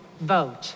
vote